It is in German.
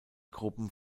gruppen